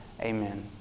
Amen